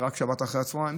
רק בשבת אחרי הצוהריים.